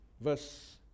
Verse